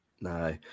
No